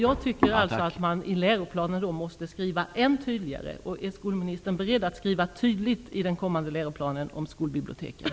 Jag anser att man än tydligare måste skriva in detta i läroplanen. Är skolministern beredd att skriva tydligt om skolbiblioteken i den kommande läroplanen?